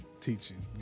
Teaching